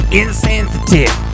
insensitive